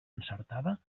encertada